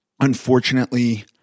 Unfortunately